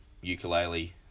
ukulele